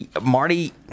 Marty